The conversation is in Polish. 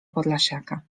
podlasiaka